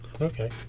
okay